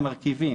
למרכיבים,